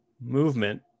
movement